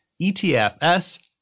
ETFs